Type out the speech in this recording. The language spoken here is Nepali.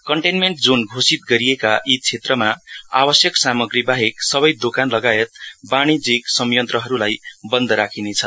कन्टमेन्ट जोन घोषित गरिएको यो क्षेत्रमा आवश्यक सामग्री बाहेक सबै दोकान लगायत वाणिज्यीक संयन्त्रहरुलाई बन्द राखिनेछ